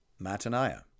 Mataniah